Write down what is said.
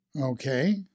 Okay